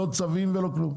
לא צווים ולא כלום.